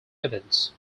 events